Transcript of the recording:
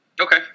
Okay